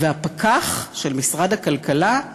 והפקח של משרד הכלכלה,